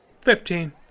Fifteen